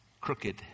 crooked